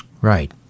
Right